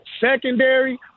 secondary